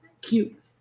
cute